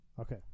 Okay